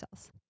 cells